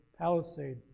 Palisade